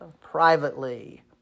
privately